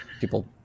people